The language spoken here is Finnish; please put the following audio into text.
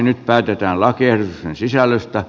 nyt päätetään lakiehdotusten sisällöstä